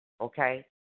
okay